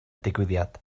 digwyddiad